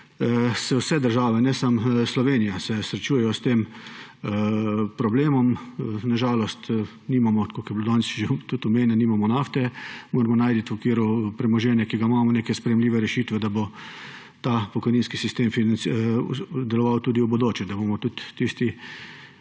vse države ne samo Slovenija srečujejo s tem problemom. Na žalost nimamo, tako kot je bilo danes že tudi omenjeno, nafte. Najti moramo v okviru premoženja, ki ga imamo, neke sprejemljive rešitve, da bo ta pokojninski sistem deloval tudi v bodoče, da bomo tudi tisti,